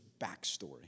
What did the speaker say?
backstory